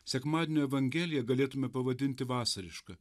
sekmadienio evangeliją galėtume pavadinti vasariška